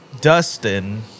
Dustin –